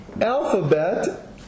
alphabet